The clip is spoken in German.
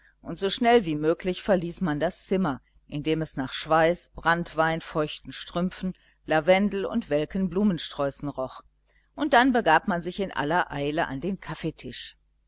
und so schnell wie möglich verließ man das zimmer in dem es nach schweiß branntwein feuchten strümpfen lavendel und welken blumensträußen roch und dann begab man sich in aller eile an den kaffeetisch